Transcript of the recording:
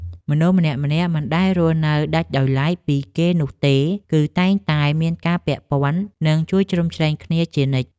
មនុស្សម្នាក់ៗមិនដែលរស់នៅដាច់ដោយឡែកពីគេនោះទេ គឺតែងតែមានការពាក់ព័ន្ធ និងជួយជ្រោមជ្រែងគ្នាជានិច្ច។